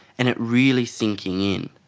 and it really sinking in.